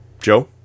Joe